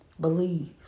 Believe